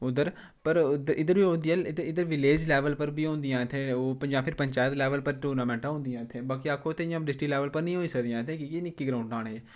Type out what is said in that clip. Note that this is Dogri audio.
उद्धर पर उद्ध इद्धर बी होंंदी ऐ इद्धर इद्धर विलेज लैवल पर बी होंदियां इत्थें ओह् जां फेर पंचायत लैवल पर टूर्नामैंटा होंदियां इत्थें बाकी आखो इत्थें इयां डिस्टिक लैवल पर नेईं होई सकदियां इत्थे कि के निक्की ग्राउंडां न एह्